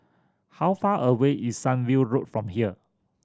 how far away is Sunview Road from here